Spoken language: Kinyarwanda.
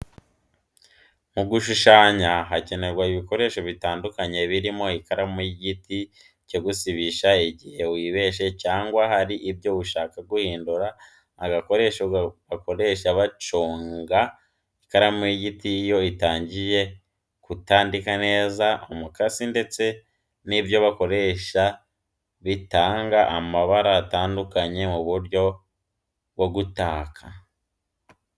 Mu gushushanya hakenerwa ibikoresho bitandukanye birimo: ikaramu y'igiti, icyo gusibisha igihe wibeshye cyangwa hari ibyo ushaka guhindura, agakoresho bakoresha baconga ikaramu y'igiti iyo itangiye kutandika neza, umukasi ndetse n'ibyo bakoresha bitanga amabara atandukanye mu buryo bwo gutaka.